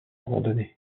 abandonné